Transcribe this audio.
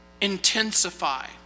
intensify